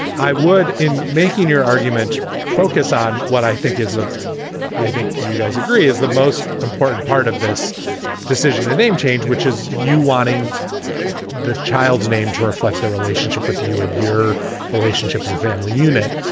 i would, in making your argument, focus on what i think is the i think you guys agree is the most important part of this decision and name change, which is you wanting the child's name to reflect their relationship with you and your relationship as a family unit.